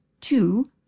Two